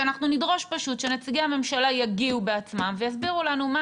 כי אנחנו נדרוש פשוט שנציגי הממשלה יגיעו בעצמם ויסבירו לנו מה